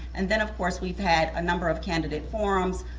and then of course, we've had a number of candidate forums,